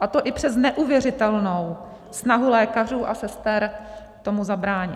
a to i přes neuvěřitelnou snahu lékařů a sester tomu zabránit.